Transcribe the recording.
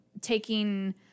taking